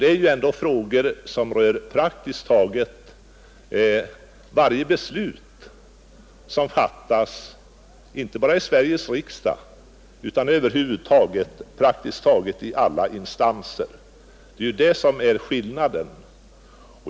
Det gäller då frågor som berör praktiskt taget varje beslut som fattas, inte bara i Sveriges riksdag utan över huvud taget i alla instanser. Detta är skillnaden.